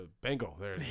Bengal